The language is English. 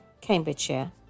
Cambridgeshire